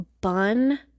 bun